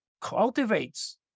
cultivates